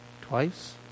twice